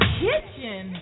kitchen